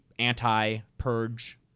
anti-purge